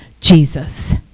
Jesus